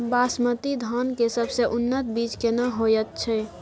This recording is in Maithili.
बासमती धान के सबसे उन्नत बीज केना होयत छै?